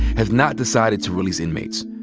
has not decided to release inmates.